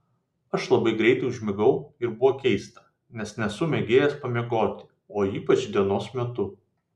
aš labai greitai užmigau ir buvo keista nes nesu mėgėjas pamiegoti o ypač dienos metu